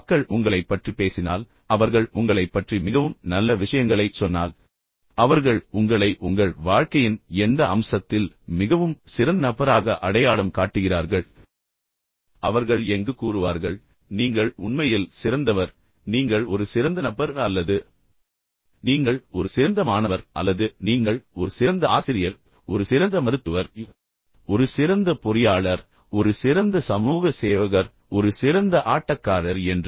மக்கள் உங்களைப் பற்றி பேசினால் அவர்கள் உங்களைப் பற்றி மிகவும் நல்ல விஷயங்களைச் சொன்னால் அவர்கள் உங்களை உங்கள் வாழ்க்கையின் எந்த அம்சத்தில் மிகவும் சிறந்த நபராக அடையாளம் காட்டுகிறார்கள் அவர்கள் எங்கு கூறுவார்கள் நீங்கள் உண்மையில் சிறந்தவர் நீங்கள் ஒரு சிறந்த நபர் அல்லது நீங்கள் நீங்கள் ஒரு சிறந்த மாணவர் அல்லது நீங்கள் ஒரு சிறந்த ஆசிரியர் ஒரு சிறந்த மருத்துவர் ஒரு சிறந்த பொறியாளர் ஒரு சிறந்த சமூக சேவகர் ஒரு சிறந்த ஆட்டக்காரர் என்று